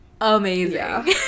amazing